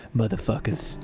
motherfuckers